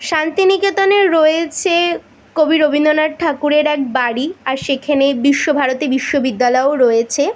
শান্তিনিকেতনে রয়েছে কবি রবীন্দ্রনাথ ঠাকুরের এক বাড়ি আর সেখানে বিশ্বভারতী বিশ্ববিদ্যালয়ও রয়েছে